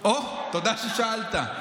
אוה, תודה ששאלת.